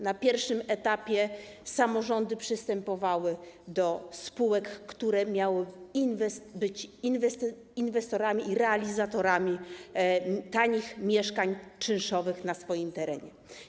Na pierwszym etapie samorządy przystępowały do spółek, które miały być inwestorami i realizatorami tanich mieszkań czynszowych na swoim terenie.